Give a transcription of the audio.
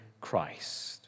Christ